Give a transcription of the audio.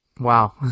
Wow